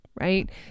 right